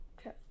Okay